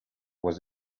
was